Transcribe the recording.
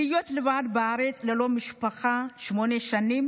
לא היה קל להיות לבד בארץ ללא משפחה שמונה שנים.